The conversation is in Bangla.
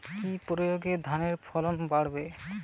কি প্রয়গে ধানের ফলন বাড়বে?